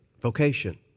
vocation